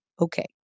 Okay